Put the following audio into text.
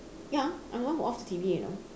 ya I'm the one who off the T_V you know